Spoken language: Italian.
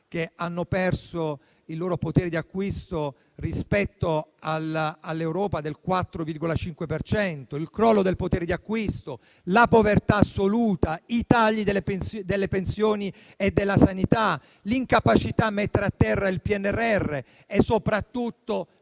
che hanno perso il loro potere di acquisto del 4,5 per cento rispetto all'Europa; il crollo del potere di acquisto, la povertà assoluta, i tagli alle pensioni e alla sanità, l'incapacità a mettere a terra il PNRR e, soprattutto,